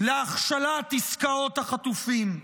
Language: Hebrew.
להכשלת עסקאות החטופים.